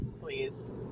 please